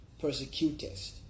persecutest